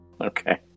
Okay